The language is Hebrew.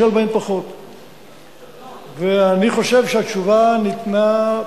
אני חושב שהתשובה ניתנה,